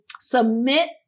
submit